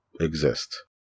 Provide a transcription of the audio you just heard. exist